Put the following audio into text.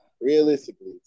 realistically